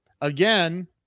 again